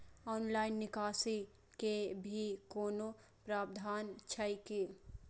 Online निकासी के भी कोनो प्रावधान छै की?